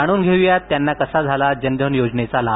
जाणून घेऊ यात त्यांना कसा झाला जन धन योजनेचा लाभ